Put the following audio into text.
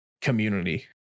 community